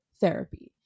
therapy